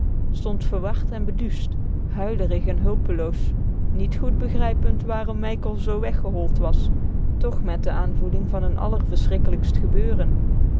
stond verward en beduusd huilerig en hulpeloos niet goed begrijpend waarom mijkel zoo weggehold was toch met de aanvoeling van n allerverschrikkelijkst gebeuren